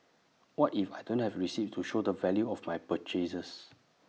what if I don't have receipts to show the value of my purchases